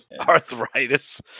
Arthritis